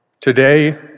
Today